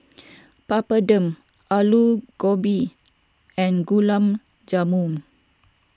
Papadum Alu Gobi and Gulab Jamun